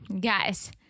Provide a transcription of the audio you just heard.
Guys